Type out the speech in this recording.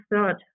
third